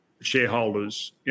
shareholders